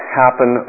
happen